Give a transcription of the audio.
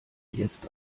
jetzt